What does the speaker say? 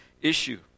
issue